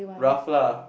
rough lah